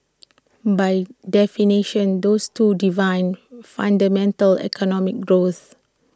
by definition those two define fundamental economic growth